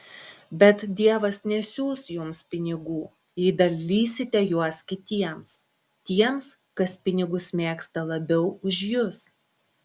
bet dievas nesiųs jums pinigų jei dalysite juos kitiems tiems kas pinigus mėgsta labiau už jus